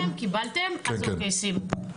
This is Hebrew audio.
אז אוקיי שימו.